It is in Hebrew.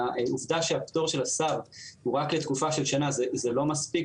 העובדה שהפטור של השר הוא רק לתקופה של שנה זה לא מספיק,